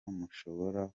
mushobora